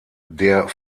der